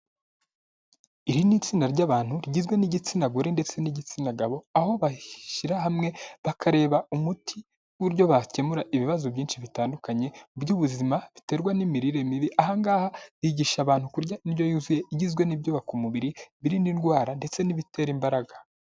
Iri ni itsinda ry'abantu rigizwe n'igitsina gore ndetse n'igitsina gabo, aho bashyira hamwe bakareba umuti w'uburyo bakemura ibibazo byinshi bitandukanye by'ubuzima, biterwa n'imirire mibi. Aha ngaha bigisha abantu kurya indyo yuzuye, igizwe n'ibyubaka umubiri, ibirinda indwara ndetse n'ibitera imbaraga.